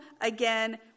again